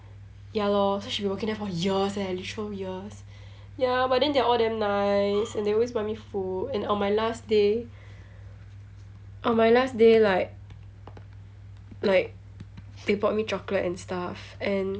ya lor so she's been working there for years eh literal years ya but then they're all damn nice and they always buy me food and on my last day on my last day like like they bought me chocolate and stuff and